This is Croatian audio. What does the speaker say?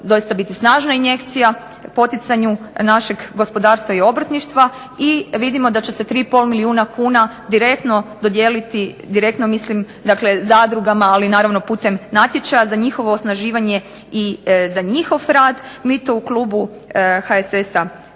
doista biti snažna injekcija poticanju našeg gospodarstva i obrtništva i vidimo da će se 3 i pol milijuna kuna direktno dodijeliti, direktno mislim dakle zadrugama, ali naravno putem natječaja, za njihovo osnaživanje i za njihov rad, mi to u klubu HSS-a